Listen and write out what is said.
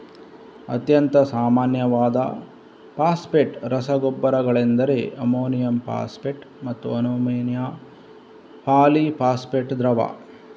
ಅತ್ಯಂತ ಸಾಮಾನ್ಯವಾದ ಫಾಸ್ಫೇಟ್ ರಸಗೊಬ್ಬರಗಳೆಂದರೆ ಅಮೋನಿಯಂ ಫಾಸ್ಫೇಟ್ ಮತ್ತೆ ಅಮೋನಿಯಂ ಪಾಲಿ ಫಾಸ್ಫೇಟ್ ದ್ರವ